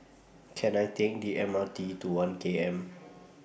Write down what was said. Can I Take The M R T to one K M